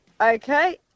Okay